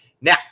Now